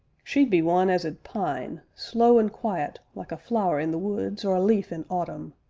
she be one as ud pine slow an quiet, like a flower in the woods, or a leaf in autumn